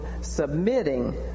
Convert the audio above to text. submitting